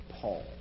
Paul